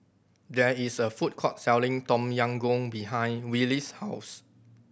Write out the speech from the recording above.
there is a food court selling Tom Yam Goong behind Wylie's house